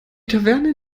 taverne